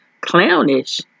clownish